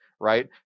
Right